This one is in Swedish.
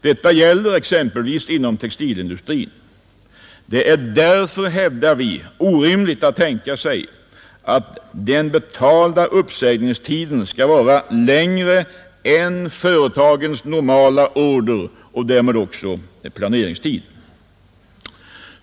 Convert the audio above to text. Detta gäller exempelvis inom textilindustrin. Det är därför, hävdar vi, orimligt att tänka sig att den betalda uppsägningstiden skall vara längre än företagens normala orderoch därmed planeringstid.